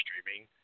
streaming